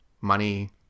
money